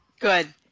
Good